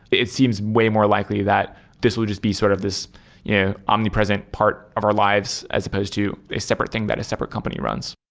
it seems way more likely that this will just be sort of this in yeah omnipresent part of our lives as supposed to a separate thing that a separate company runs.